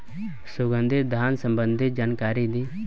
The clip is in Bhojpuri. सुगंधित धान संबंधित जानकारी दी?